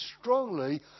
strongly